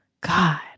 God